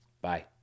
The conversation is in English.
bye